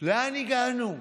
לאן הגענו?